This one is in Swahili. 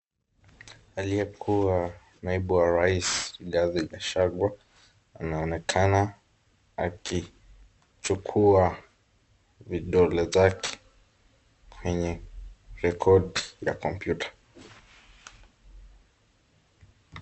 Aliyekuwa naibu wa rais Rigathi Gachagua anaonekana akichukua vidole zake kwenye rekodi la kompyuta.